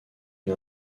une